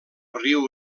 riu